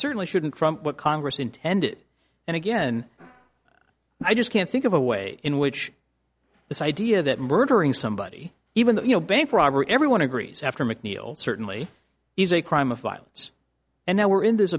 certainly shouldn't from what congress intended and again i just can't think of a way in which this idea that murdering somebody even though you know bank robbery everyone agrees after mcneal certainly is a crime of violence and now we're in th